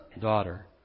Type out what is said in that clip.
daughter